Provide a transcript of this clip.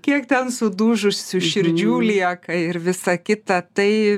kiek ten sudužusių širdžių lieka ir visa kita tai